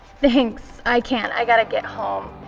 thanks. i can't. i gotta get home.